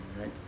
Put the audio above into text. right